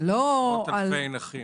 מאות אלפי נכים